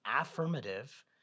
affirmative